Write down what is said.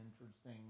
interesting